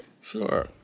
Sure